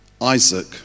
Isaac